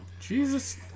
Jesus